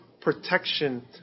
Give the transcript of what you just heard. protection